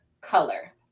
Color